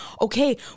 okay